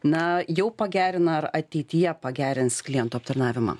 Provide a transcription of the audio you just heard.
na jau pagerina ar ateityje pagerins klientų aptarnavimą